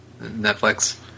Netflix